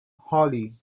hollie